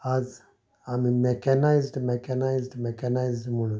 आयज आमी mechanized mechanized mechanize म्हणून